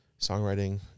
songwriting